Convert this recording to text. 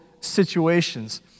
situations